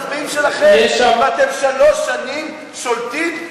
ואתם שלוש שנים שולטים,